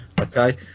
Okay